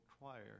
require